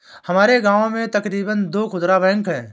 हमारे गांव में तकरीबन दो खुदरा बैंक है